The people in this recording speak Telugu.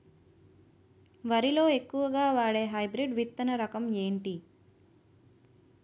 వరి లో ఎక్కువుగా వాడే హైబ్రిడ్ విత్తన రకం ఏంటి?